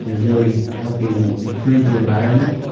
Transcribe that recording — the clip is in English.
you know really helping improve the environment.